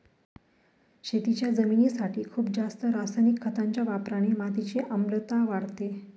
शेतीच्या जमिनीसाठी खूप जास्त रासायनिक खतांच्या वापराने मातीची आम्लता वाढते